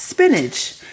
Spinach